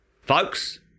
Folks